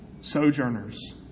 sojourners